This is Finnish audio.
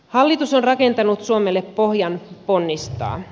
hallitus on rakentanut suomelle pohjan ponnistaa